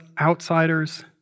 outsiders